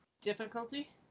Difficulty